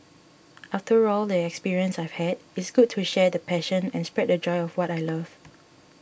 after all the experiences I've had it's good to share the passion and spread the joy of what I love